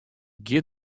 giet